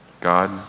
God